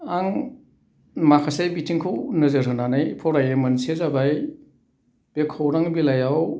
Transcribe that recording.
आं माखासे बिथिंखौ नोजोर होनानै फरायो मोनसे जाबाय बे खौरां बिलाइयाव